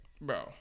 Bro